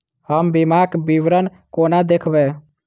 हम बीमाक विवरण कोना देखबै?